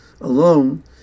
alone